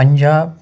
Punjab